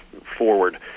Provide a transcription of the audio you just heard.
forward